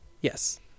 yes